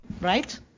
right